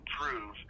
prove